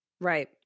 Right